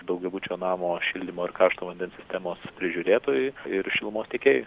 daugiabučio namo šildymo ir karšto vandens sistemos prižiūrėtojui ir šilumos tiekėjui